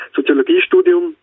Soziologiestudium